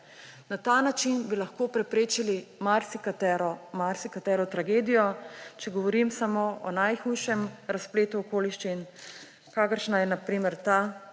Na ta način bi lahko preprečili marsikatero tragedijo. Če povem samo o najhujšem razpletu okoliščin, kakršna je, na primer ta,